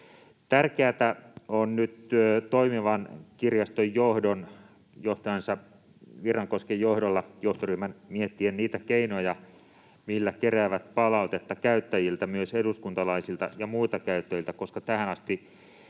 Tärkeätä on nyt toimivan kirjaston johtoryhmän johtajansa Virrankosken johdolla miettiä niitä keinoja, millä keräävät palautetta käyttäjiltä, myös eduskuntalaisilta ja muilta käyttäjiltä, koska tähän asti